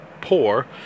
poor